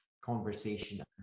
conversation